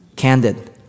Candid